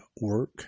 work